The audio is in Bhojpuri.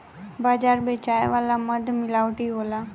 बाजार बेचाए वाला मध मिलावटी होला